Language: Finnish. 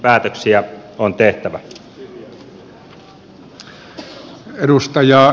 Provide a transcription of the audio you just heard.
päätöksiä on tehtävä